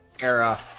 era